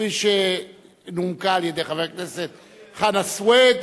כפי שנומקה על-ידי חבר הכנסת חנא סוייד,